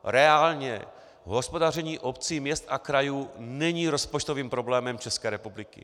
Reálně hospodaření obcí, měst a krajů není rozpočtovým problémem České republiky.